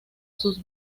sus